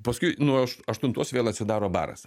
paskui nuo aštuntos vėl atsidaro baras